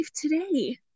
today